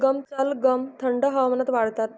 सलगम थंड हवामानात वाढतात